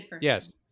yes